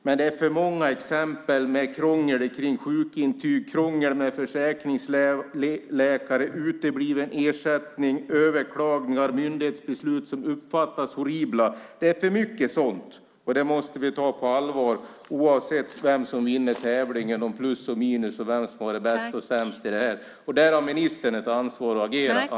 Men det finns för många exempel på krångel med sjukintyg, försäkringsläkare, utebliven ersättning, överklaganden och myndighetsbeslut som uppfattas som horribla. Det är för mycket sådant, och det måste vi ta på allvar, oavsett vem som vinner tävlingen om plus och minus och vem som har varit bäst och sämst. Där har ministern ansvar att agera.